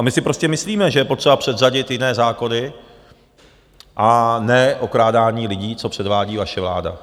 My si prostě myslíme, že je potřeba předřadit jiné zákony, a ne okrádání lidí, co předvádí vaše vláda.